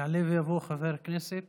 יעלה ויבוא חבר הכנסת